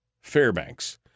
Fairbanks